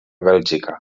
bèlgica